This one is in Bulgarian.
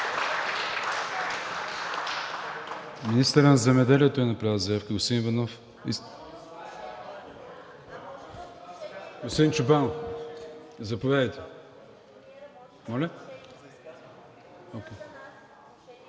Министърът на земеделието е направил заявка